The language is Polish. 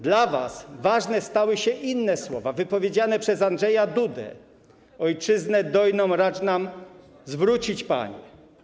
Dla was ważne stały się inne słowa, wypowiedziane przez Andrzeja Dudę: Ojczyznę dojną racz nam zwrócić, Panie.